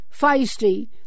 feisty